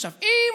עכשיו, אם